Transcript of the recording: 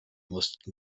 mussten